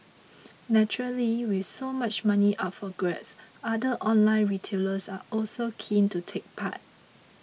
naturally with so much money up for grabs other online retailers are also keen to take part